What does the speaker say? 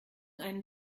einen